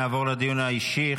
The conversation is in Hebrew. נעבור לדיון האישי.